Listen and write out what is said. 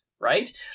Right